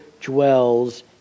dwells